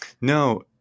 No